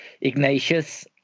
Ignatius